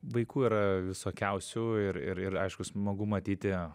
vaikų yra visokiausių ir ir ir aišku smagu matyti